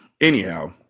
Anyhow